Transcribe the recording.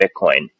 Bitcoin